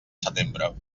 setembre